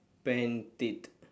pantit